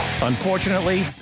Unfortunately